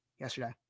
yesterday